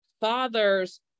father's